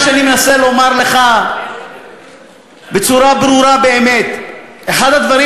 מה שאני מנסה לומר לך בצורה ברורה באמת: אחד הדברים